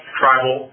tribal